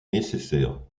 nécessaire